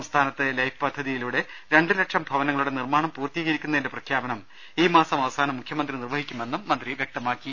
സംസ്ഥാനത്ത് ലൈഫ് പദ്ധ തിയിലൂടെ രണ്ടുലക്ഷം ഭവനങ്ങളുടെ നിർമ്മാണം പൂർത്തീകരിക്കുന്നതിന്റെ പ്രഖ്യാപനം ഈമാസം അവസാനം മുഖ്യമന്ത്രി നിർവഹിക്കുമെന്ന് മന്ത്രി വൃക്തമാക്കി